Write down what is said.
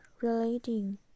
relating